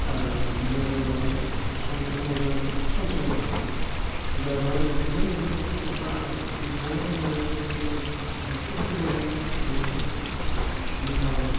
आरो मोजां जाबायमोन सम सम मोजां जायो सम सम दा रं ट्रिटमेन्ट होन्नांगौ ना फोथैखानाय होन्नांगौ डक्ट'रफोरनिबो बे मोनसे गिथावना